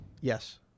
Yes